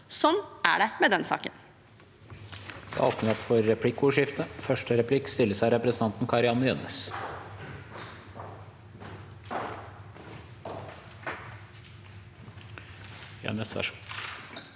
Sånn er det med den saken.